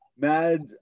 Mad